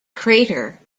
crater